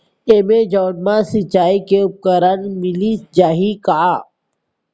Amazon मा सिंचाई के उपकरण मिलिस जाही का?